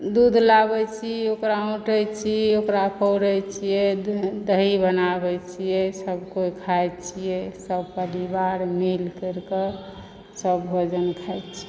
दूध लाबैत छी ओकरा औँटय छी ओकरा पौड़ैत छियै दही बनाबैत छियै सभ केओ खाइ छियै सभ परिवार मिल करिके सभ भोजन खाइत छियै